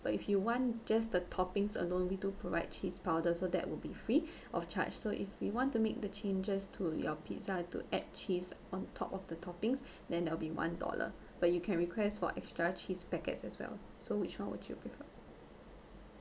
but if you want just the toppings alone we do provide cheese powder so that would be free of charge so if we want to make the changes to your pizza to add cheese on top of the toppings then that will be one dollar but you can request for extra cheese packets as well so which one would you prefer